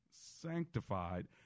sanctified